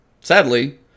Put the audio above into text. Sadly